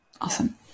Awesome